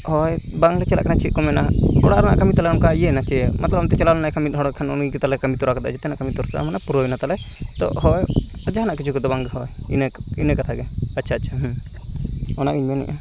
ᱦᱳᱭ ᱵᱟᱝᱞᱮ ᱪᱟᱞᱟᱜ ᱠᱟᱱᱟ ᱪᱮᱜ ᱠᱚ ᱢᱮᱱᱟ ᱚᱲᱟᱜ ᱨᱮᱱᱟᱜ ᱠᱟᱹᱢᱤ ᱛᱟᱞᱮ ᱚᱱᱠᱟ ᱤᱭᱟᱹᱭ ᱱᱟ ᱪᱮ ᱢᱚᱛᱞᱚᱵ ᱚᱱᱛᱮ ᱪᱟᱞᱟᱣ ᱞᱮᱱᱟ ᱮᱱᱠᱷᱟᱱ ᱢᱤᱫ ᱦᱚᱲ ᱠᱷᱟᱱ ᱩᱱᱤ ᱜᱮ ᱛᱟᱞᱮ ᱠᱟᱹᱢᱤ ᱛᱚᱨᱟ ᱠᱟᱫᱟ ᱡᱮᱛᱮᱱᱟᱜ ᱠᱟᱹᱢᱤ ᱛᱚᱨᱟ ᱠᱟᱫᱟ ᱡᱮᱛᱮᱱᱟᱜ ᱠᱟᱹᱢᱤ ᱛᱟᱨᱟ ᱠᱟᱫᱟ ᱢᱟᱱᱮ ᱯᱩᱨᱟᱹᱣᱮᱱᱟ ᱛᱟᱞᱮ ᱛᱚ ᱦᱚᱭ ᱟᱨ ᱡᱟᱦᱟᱱᱟᱜ ᱠᱤᱪᱷᱩ ᱠᱚᱫᱚ ᱵᱟᱝ ᱦᱚᱭ ᱤᱱᱟᱹ ᱠᱚ ᱤᱱᱟᱹ ᱠᱟᱛᱷᱟᱜᱮ ᱟᱪᱪᱷᱟ ᱟᱪᱪᱷᱟ ᱦᱮᱸ ᱚᱱᱟᱜᱮᱧ ᱢᱮᱱᱮᱜᱼᱟ